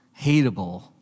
hateable